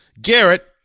Garrett